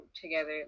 together